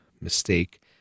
mistake